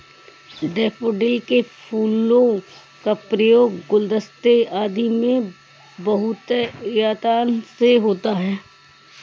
daffodil के फूलों का उपयोग गुलदस्ते आदि में बहुतायत से होता है